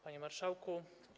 Panie Marszałku!